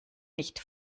nicht